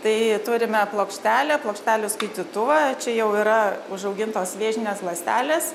tai turime plokštelę plokštelių skaitytuvą čia jau yra užaugintos vėžinės ląstelės